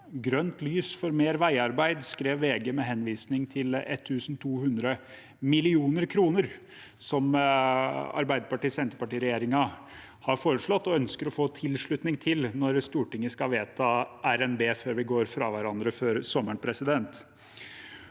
«Grønt lys for mer veiarbeid», skrev VG, med henvisning til 1 200 mill. kr som Arbeiderparti–Senterparti-regjeringen har foreslått og ønsker å få tilslutning til når Stortinget skal vedta RNB før vi går fra hverandre før sommeren. Derfor